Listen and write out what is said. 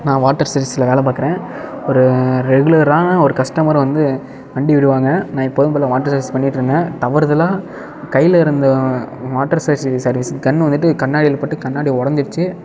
நான் வாட்டர் சர்வீஸில் வேலை பாக்குறேன் ஒரு ரெகுலரான ஒரு கஸ்டமர் வந்து வண்டி விடுவாங்க நான் எப்போதும் போல் வாட்டர் சர்வீஸ் பண்ணிகிட்டு இருந்தேன் தவறுதலாக கையில் இருந்த வாட்டர் சர்வீஸ் கன் வந்துட்டு கண்ணாடியில் பட்டு கண்ணாடி உடஞ்சிடுச்சி